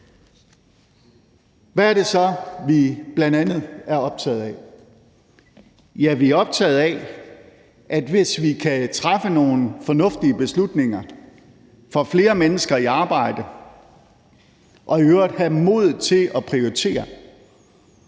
Hvad er det så, vi bl.a. er optaget af? Ja, vi er optaget af, at hvis vi kan træffe nogle fornuftige beslutninger, får flere mennesker i arbejde, og i øvrigt har modet til at prioritere,